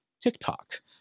TikTok